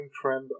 trend